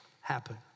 happen